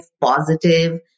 positive